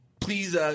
please